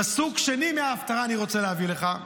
הפסוק השני מההפטרה שאני רוצה להביא לך,